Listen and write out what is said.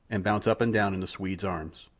and bounce up and down in the swede's arms,